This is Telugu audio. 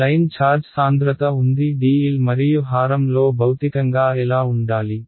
లైన్ ఛార్జ్ సాంద్రతఉంది dl మరియు హారం లో భౌతికంగా ఎలా ఉండాలి